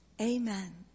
Amen